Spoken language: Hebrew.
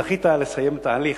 זכית לסיים את ההליך,